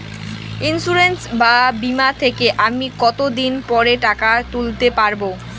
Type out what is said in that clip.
Insurance বা বিমা থেকে আমি কত দিন পরে টাকা তুলতে পারব?